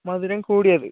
മധുരം കൂടിയത്